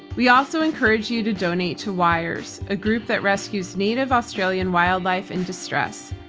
we also encourage you to donate to wires, a group that rescues native australian wildlife in distress.